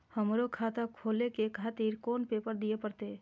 हमरो खाता खोले के खातिर कोन पेपर दीये परतें?